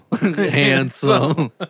Handsome